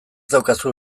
daukazu